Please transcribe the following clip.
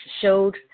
showed